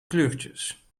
kleurtjes